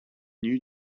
new